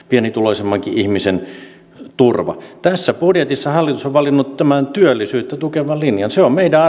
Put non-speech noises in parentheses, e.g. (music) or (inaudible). (unintelligible) pienituloisemmankin ihmisen turva tässä budjetissa hallitus on valinnut tämän työllisyyttä tukevan linjan se on meidän (unintelligible)